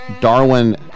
Darwin